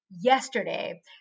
yesterday